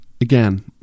again